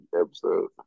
episode